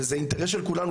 וזה אינטרס של כולנו,